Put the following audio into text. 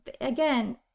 again